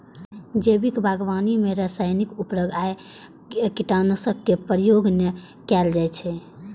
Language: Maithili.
जैविक बागवानी मे रासायनिक उर्वरक आ कीटनाशक के प्रयोग नै कैल जाइ छै